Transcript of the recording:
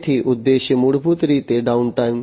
તેથી ઉદ્દેશ્ય મૂળભૂત રીતે ડાઉનટાઇમ